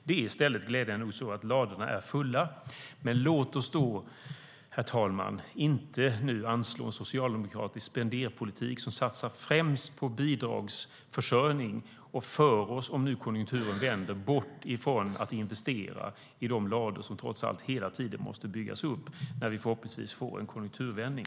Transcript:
Det är i stället glädjande nog så att ladorna är fulla. Låt oss då, herr talman, inte anslå en socialdemokratisk spenderpolitik som satsar främst på bidragsförsörjning och för oss, om konjunkturen vänder, bort från att investera i de lador som trots allt hela tiden måste byggas upp när vi förhoppningsvis får en konjunkturvändning.